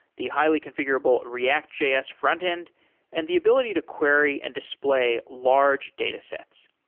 the highly configurable reactjs frontend and the ability to query and display large datasets.